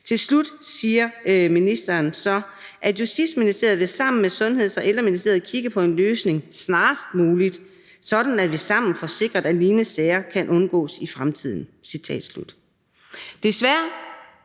Til slut siger ministeren så: »Justitsministeriet vil sammen med Sundheds- og Ældreministeriet kigge på en løsning snarest muligt, sådan at vi sammen får sikret, at lignende sager kan undgås i fremtiden.«